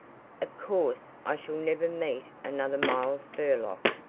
of course i shall never meet another miles burlock,